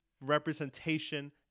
representation